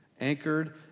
anchored